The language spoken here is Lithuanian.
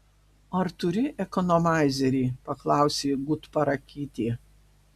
ar turi ekonomaizerį paklausė gutparakytė